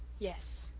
yes,